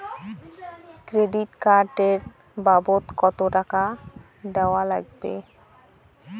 Credit card এর বাবদ কতো টাকা দেওয়া লাগবে?